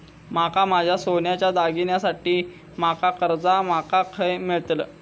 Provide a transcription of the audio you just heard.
माका माझ्या सोन्याच्या दागिन्यांसाठी माका कर्जा माका खय मेळतल?